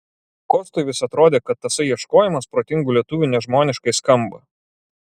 kostui vis atrodė kad tasai ieškojimas protingų lietuvių nežmoniškai skamba